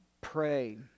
pray